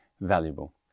valuable